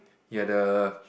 you're the